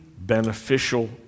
beneficial